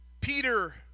Peter